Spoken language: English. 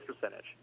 percentage